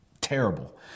terrible